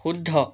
শুদ্ধ